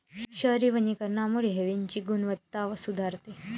शहरी वनीकरणामुळे हवेची गुणवत्ता सुधारते